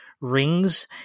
Rings